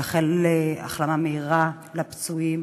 לאחל החלמה מהירה לפצועים